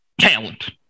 Talent